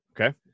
Okay